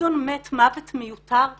גדעון מת מוות מיותר ומזעזע.